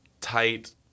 tight